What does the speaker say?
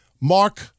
Mark